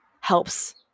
helps